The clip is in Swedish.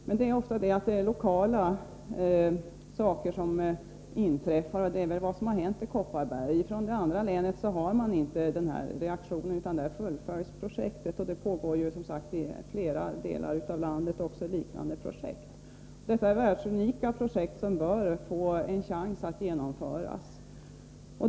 Men det inträffar ofta saker lokalt, och det är väl vad som har hänt i Kopparberg. I det andra länet har man inte haft denna reaktion, utan där fullföljs projektet. Det pågår också i flera delar av landet liknande projekt. Detta är världsunika projekt, som bör få en chans att genomföras.